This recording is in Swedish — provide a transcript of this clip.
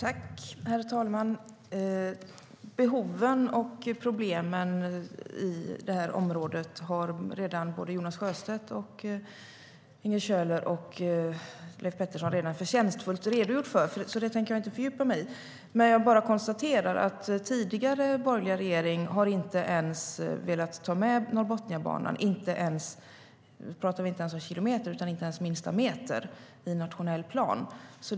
Herr talman! Behoven och problemen på det här området har Jonas Sjöstedt, Katarina Köhler och Leif Pettersson redan förtjänstfullt redogjort för, så det tänker jag inte fördjupa mig i. Jag bara konstaterar att den tidigare, borgerliga regeringen inte ens har velat ta med minsta meter av Norrbotniabanan i den nationella planen.